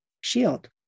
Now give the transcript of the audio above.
shield